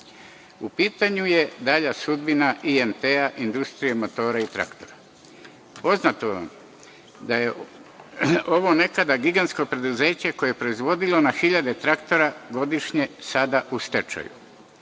pitanju je dalja sudbina IMT – Industrije motora i traktora. Poznato vam je da je ovo nekada gigantsko preduzeće koje je proizvodilo na hiljade traktora godišnje sada u stečaju.